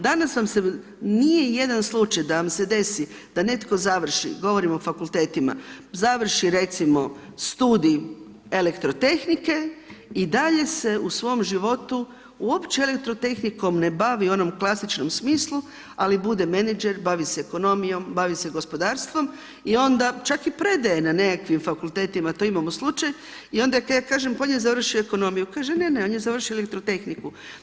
Danas vam se nije jedan slučaj da vam se desi da netko završi, govorim o fakultetima, završi recimo studij elektrotehnike i dalje se u svom životu uopće elektrotehnikom ne bavi u onom klasičnom smislu, ali bude menadžer, bavi se ekonomijom, bavi se gospodarstvom i onda čak i predaje na nekakvim fakultetima, to imamo slučaj i onda ja kažem pa on je završio ekonomiju, kaže ne, ne on je završio elektrotehniku.